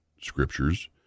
scriptures